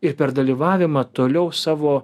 ir per dalyvavimą toliau savo